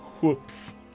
whoops